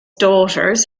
daughters